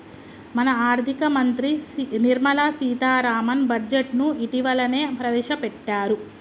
మన ఆర్థిక మంత్రి నిర్మల సీతారామన్ బడ్జెట్ను ఇటీవలనే ప్రవేశపెట్టారు